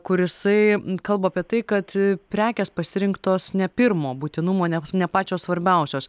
kur jisai kalba apie tai kad prekės pasirinktos ne pirmo būtinumo ne ne pačios svarbiausios